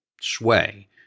sway